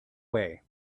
way